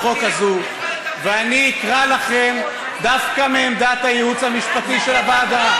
אני דווקא אקרא לכם את עמדת הייעוץ המשפטי של הוועדה.